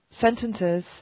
sentences